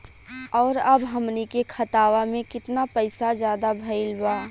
और अब हमनी के खतावा में कितना पैसा ज्यादा भईल बा?